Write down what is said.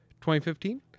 2015